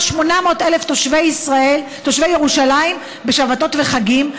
800,000 תושבי ירושלים בשבתות וחגים,